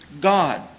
God